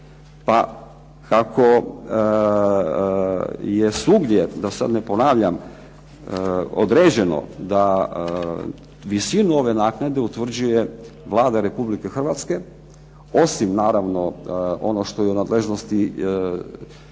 Pa kako je svugdje da sad ne ponavljam određeno da visinu ove naknade utvrđuje Vlada Republike Hrvatske, osim naravno ono što je u nadležnosti županija,